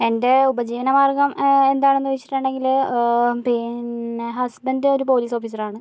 എൻ്റെ ഉപജീവന മാർഗ്ഗം എന്താണെന്ന് വച്ചിട്ടുണ്ടെങ്കില് പിന്നെ ഹസ്ബൻഡ് ഒരു പോലീസ് ഓഫീസറാണ്